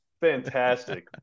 fantastic